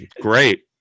Great